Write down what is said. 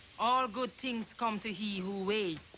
all good things come to he who waits.